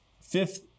Fifth